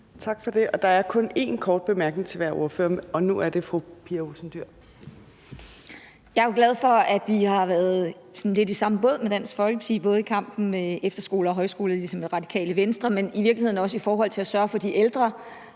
Tak for det. Og der er kun én kort bemærkning til hver ordfører. Nu er det fru Pia Olsen Dyhr. Kl. 14:35 Pia Olsen Dyhr (SF): Jeg er jo glad for, at vi har været sådan lidt i samme båd som Dansk Folkeparti – både i forhold til kampen om efterskoler og højskoler ligesom Det Radikale Venstre – men i virkeligheden også i forhold til at sørge for, at de ældre